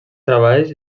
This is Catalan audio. treballs